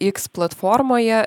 x platformoje